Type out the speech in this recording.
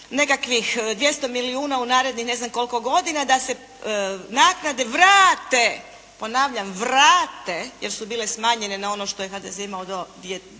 nekakvih 200 milijuna u narednih ne znam koliko godina, da se naknade vrate, ponavljam, vrate jer su bile smanjene na ono što je HDZ imao do 2000.